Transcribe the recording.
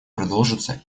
продолжится